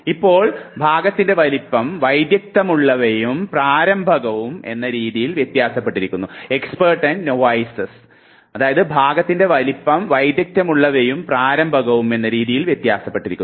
ഇപ്പോൾ ഭാഗത്തിൻറെ വലുപ്പം വൈദഗ്ദ്ധ്യമുള്ളവയും പ്രാരംഭകവും എന്ന രീതിയിൽ വ്യത്യാസപ്പെട്ടിരിക്കുന്നു